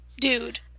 dude